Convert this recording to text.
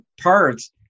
parts